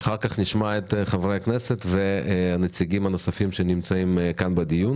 אחר כך נשמע את חברי הכנסת ואת הנציגים הנוספים שנמצאים בדיון.